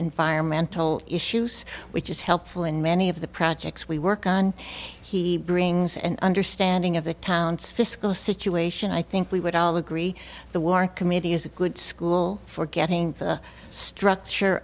environmental issues which is helpful in many of the projects we work on he brings an understanding of the town's fiscal situation i think we would all agree the war committee is a good school for getting the structure